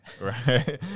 right